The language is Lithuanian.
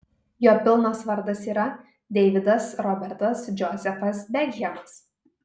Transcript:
jo pilnas vardas yra deividas robertas džozefas bekhemas